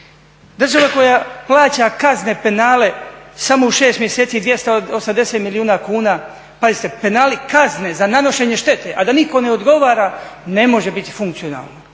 Država koja plaća kazne, penale samo u 6 mjeseci 280 milijuna kuna. Pazite penali kazne za nanošenje štete a da nitko ne odgovara ne može biti funkcionalna